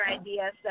idea